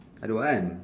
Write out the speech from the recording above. I don't want